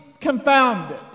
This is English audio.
confounded